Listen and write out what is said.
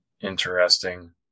Interesting